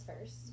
first